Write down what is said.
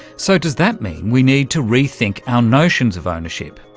so does that mean we need to rethink our notions of ownership?